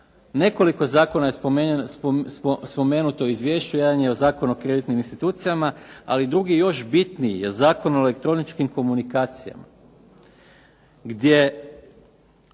Nekoliko Zakona je spomenuto u Izvješću jedan je Zakon o kreditnim institucijama, ali drugi još bitniji je Zakon o elektroničkim telekomunikacijama, gdje